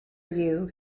you